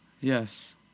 Yes